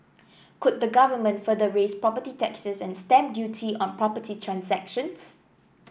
could the Government further raise property taxes and stamp duty on property transactions